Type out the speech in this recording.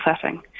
setting